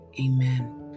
amen